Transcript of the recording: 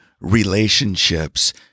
relationships